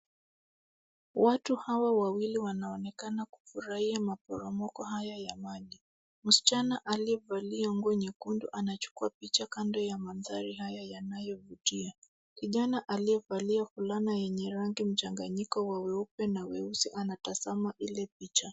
Watu hawa wawili wanaonekana kufurahia maporomoko hayo ya maji. Msichana aliyevalia nguo nyekundu anachukua picha kando ya mandhari hayo yanayovutia. Kijana aliyevalia fulana yenye rangi mchanganyiko wa weupe na weusi anatazama ile picha.